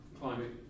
climate